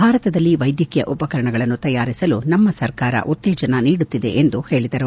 ಭಾರತದಲ್ಲಿ ವೈದ್ಯಕೀಯ ಉಪಕರಣಗಳನ್ನು ತಯಾರಿಸಲು ನಮ್ಮ ಸರ್ಕಾರ ಉತ್ತೇಜನ ನೀಡುತ್ತಿದೆ ಎಂದು ಹೇಳಿದರು